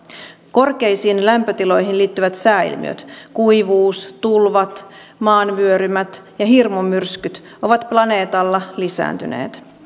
korkeisiin lämpötiloihin liittyvät sääilmiöt kuivuus tulvat maanvyörymät ja hirmumyrskyt ovat planeetalla lisääntyneet